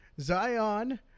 Zion